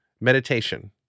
meditation